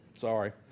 Sorry